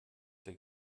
der